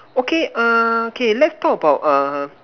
okay uh K let's talk about err